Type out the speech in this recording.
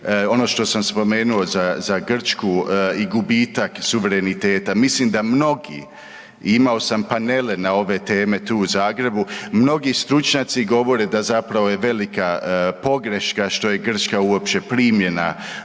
ono što sam spomenuo za, za Grčku i gubitak suvereniteta, mislim da mnogi, imao sam panele na ove teme tu u Zagrebu, mnogi stručnjaci govore da zapravo je velika pogreška što je Grčka uopće primljena